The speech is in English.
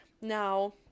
Now